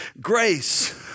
grace